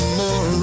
more